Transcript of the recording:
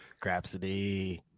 Grapsity